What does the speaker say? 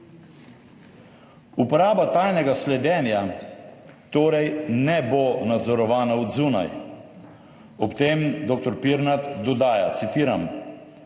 Uporaba tajnega sledenja torej ne bo nadzorovana od zunaj. Ob tem dr. Pirnat dodaja, citiram: